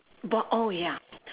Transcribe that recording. bought all ya